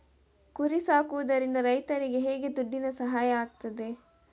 ಕುರಿ ಸಾಕುವುದರಿಂದ ರೈತರಿಗೆ ಹೇಗೆ ದುಡ್ಡಿನ ಸಹಾಯ ಆಗ್ತದೆ?